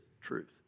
truth